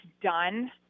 done